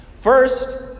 First